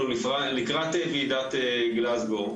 אנחנו לקראת ועידת גלאזגו.